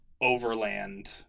overland